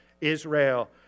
Israel